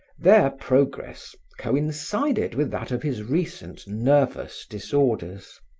their progress coincided with that of his recent nervous disorders.